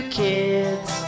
kids